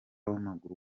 w’amaguru